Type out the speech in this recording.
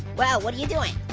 wow, what are you doing?